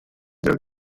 del